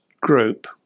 group